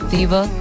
Fever